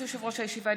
ברשות יושב-ראש הישיבה,